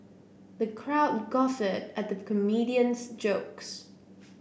the crowd guffawed at the comedian's jokes